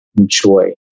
enjoy